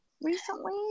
recently